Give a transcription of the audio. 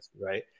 Right